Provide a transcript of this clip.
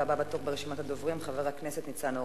הבא בתור ברשימת הדוברים, חבר הכנסת ניצן הורוביץ.